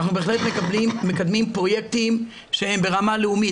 אנחנו בהחלט מקדמים פרויקטים שהם ברמה לאומית